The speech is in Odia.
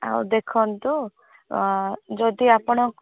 ଆଉ ଦେଖନ୍ତୁ ଯଦି ଆପଣ